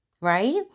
Right